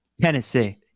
Tennessee